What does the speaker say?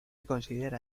considera